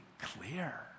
clear